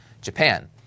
Japan